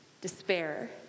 despair